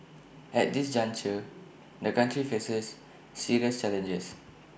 at this juncture the country faces serious challenges